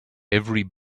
every